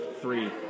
Three